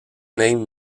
name